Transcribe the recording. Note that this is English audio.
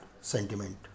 sentiment